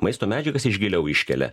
maisto medžiagas iš giliau iškelia